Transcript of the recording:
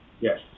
Yes